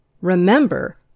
Remember